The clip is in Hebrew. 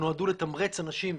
שנועדו לתמרץ אנשים